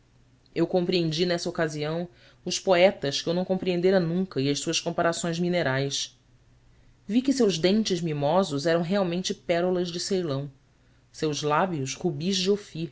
eu compreendi nessa ocasião os poetas que eu não compreendera nunca e as suas comparações minerais vi que seus dentes mimosos eram realmente pérolas de ceilão seus lábios rubis de ofir